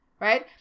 right